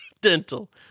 dental